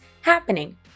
happening